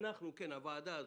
הוועדה הזו,